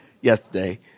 yesterday